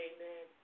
Amen